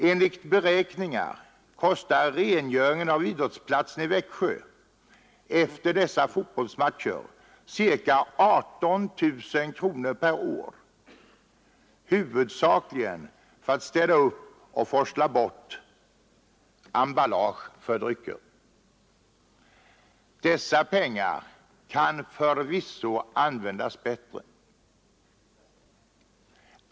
Enligt beräkningarna kostar rengöringen av idrottsplatsen i Växjö efter dessa fotbollsmatcher ca 18 000 kronor per år — huvudsakligen för att städa upp och forsla bort emballage för drycker. Dessa pengar kunde förvisso användas bättre!